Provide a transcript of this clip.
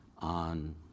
on